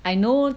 I know